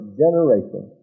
generation